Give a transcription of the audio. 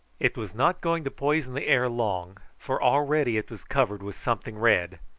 it was not going to poison the air long, for already it was covered with something red,